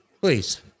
please